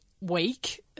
week